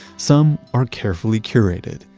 some are carefully curated,